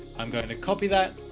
i'm going to copy that.